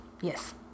Yes